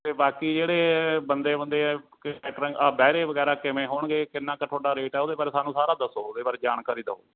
ਅਤੇ ਬਾਕੀ ਜਿਹੜੇ ਬੰਦੇ ਬੁੰਦੇ ਆ ਕੈਟਰਿੰਗ ਆਹ ਬਹਿਰੇ ਵਗੈਰਾ ਕਿਵੇਂ ਹੋਣਗੇ ਕਿੰਨਾਂ ਕੁ ਤੁਹਾਡਾ ਰੇਟ ਆ ਉਹਦੇ ਬਾਰੇ ਸਾਨੂੰ ਸਾਰਾ ਦੱਸੋ ਉਹਦੇ ਬਾਰੇ ਜਾਣਕਾਰੀ ਦਓ